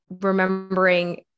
remembering